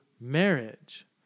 marriage